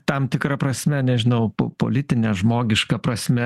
tam tikra prasme nežinau po politine žmogiška prasme